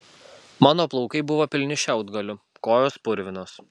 mano plaukai buvo pilni šiaudgalių kojos purvinos